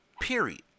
period